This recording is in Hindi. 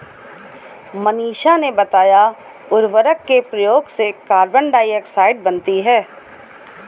मनीषा ने बताया उर्वरक के प्रयोग से कार्बन डाइऑक्साइड बनती है